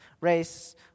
race